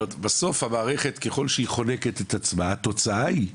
בסוף המערכת, ככל שהיא חונקת את עצמה, התוצאה היא,